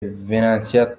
venantia